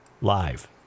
live